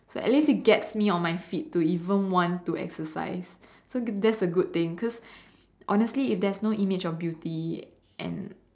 so at least it gets me on my feet to even want to exercise so good that's a good thing cause honestly if there's no image of beauty and